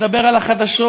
מדבר על החדשות,